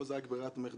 פה זה רק ברירת מחדל,